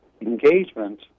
engagement